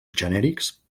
genèrics